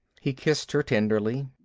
he kissed her tenderly,